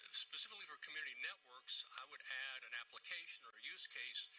and specifically for community networks, i would add an application or use case.